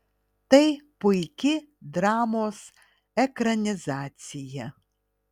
tai puiki dramos ekranizacija